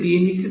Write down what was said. కి సమానం